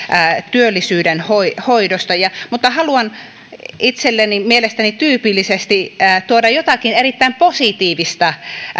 työllisyyden hoidosta hoidosta vaan haluan itselleni mielestäni tyypillisesti tuoda jotakin erittäin positiivista